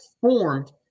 formed